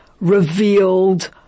revealed